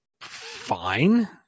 fine